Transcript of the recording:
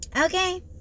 okay